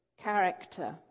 character